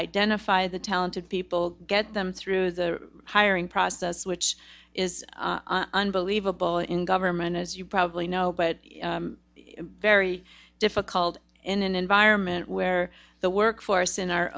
identify the talented people get through the hiring process which is unbelievable in government as you probably know but very difficult in an environment where the workforce and our